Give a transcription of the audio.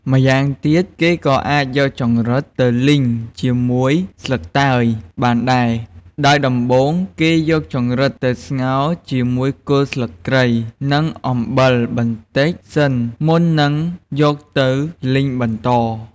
ម្យ៉ាងទៀត គេក៏អាចយកចង្រិតទៅលីងជាមួយស្លឹកតើយបានដែរ ដោយដំបូង គេយកចង្រិតទៅស្ងោរជាមួយគល់ស្លឹកគ្រៃ និងអំបិលបន្តិចសិន មុននឹងយកវាទៅលីងបន្ត។